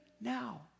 now